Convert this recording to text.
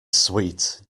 sweet